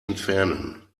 entfernen